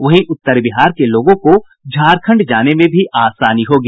वहीं उत्तर बिहार के लोगों को झारखंड जाने में भी आसानी होगी